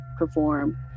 perform